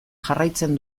jarraitzen